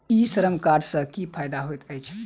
ई Shram card सँ की फायदा होइत अछि?